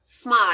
smile